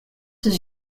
his